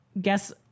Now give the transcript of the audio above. guess